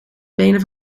benen